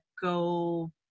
go